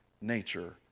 nature